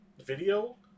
video